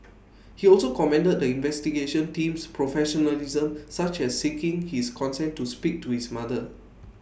he also commended the investigation team's professionalism such as in seeking his consent to speak to his mother